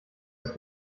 ist